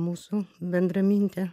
mūsų bendramintė